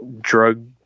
drug